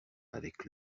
avec